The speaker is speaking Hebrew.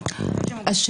אני